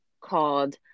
called